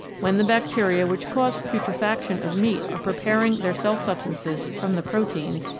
when the bacteria which cause putrefaction of meat are preparing their cell-substances from the proteins,